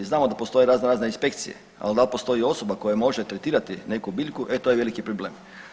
Znamo da postoje razno razne inspekcije, al naprosto i osoba koja može tretirati neku biljku e to je veliki problem.